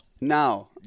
Now